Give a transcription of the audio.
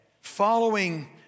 following